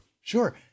Sure